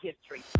history